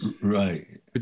Right